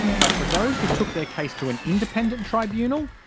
but for those who took their case to an independent tribunal,